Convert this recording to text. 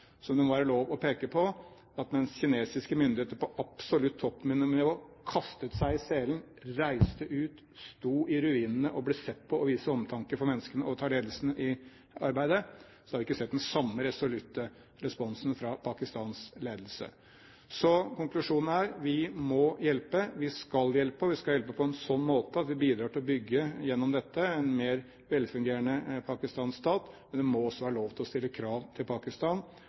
det må være lov å peke på, at mens kinesiske myndigheter på absolutt toppnivå kastet seg i selen, reiste ut, sto i ruinene og ble sett på som å vise omtanke for menneskene og ta ledelse i arbeidet, så har vi ikke sett den samme resolutte responsen fra Pakistans ledelse. Så konklusjonen er: Vi må hjelpe, vi skal hjelpe, og vi skal hjelpe på en sånn måte at vi bidrar til å bygge gjennom dette en mer velfungerende pakistansk stat. Men vi må også ha lov til å stille krav til Pakistan